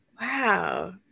Wow